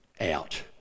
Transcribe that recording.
out